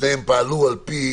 שניהם פעלו על פי